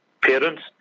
Parents